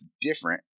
different